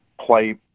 play